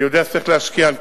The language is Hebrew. אני יודע שצריך להשקיע,